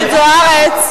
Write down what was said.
חברת הכנסת זוארץ.